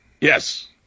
Yes